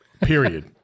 Period